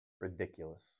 Ridiculous